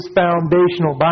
foundational